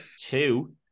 two